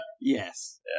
Yes